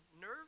nerve